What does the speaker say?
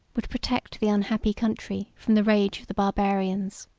would protect the unhappy country from the rage of the barbarians.